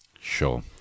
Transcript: Sure